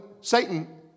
Satan